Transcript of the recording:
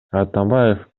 атамбаев